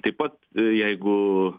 taip pat jeigu